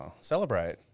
celebrate